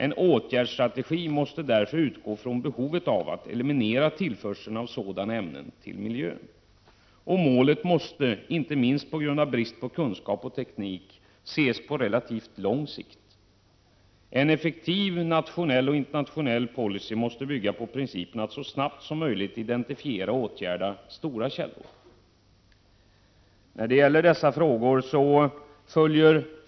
En åtgärdsstrategi måste därför utgå från behovet av att eliminera tillförseln av sådana ämnen till miljön. Målet måste, inte minst på grund av brist på kunskap och teknik, ses på relativt lång sikt. En effektiv nationell och internationell policy måste bygga på principen att så snabbt som möjligt identifiera och åtgärda stora källor.